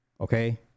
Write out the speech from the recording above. Okay